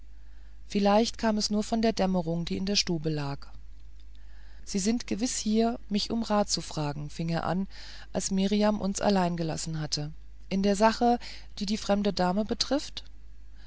vielleicht kam es nur von der dämmerung die in der stube lag sie sind gewiß hier mich um rat zu fragen fing er an als mirjam uns allein gelassen hatte in der sache die die fremde dame betrifft